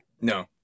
No